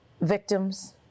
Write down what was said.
victims